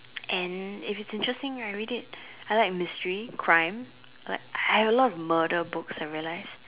and if it is interesting right I'll read it I like mystery crime I like I have a lot of murder books I realise